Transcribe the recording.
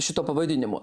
šituo pavadinimu